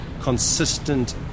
consistent